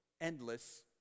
endless